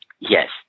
Yes